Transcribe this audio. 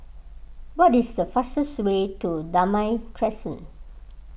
what is the fastest way to Damai Crescent